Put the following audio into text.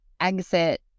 exit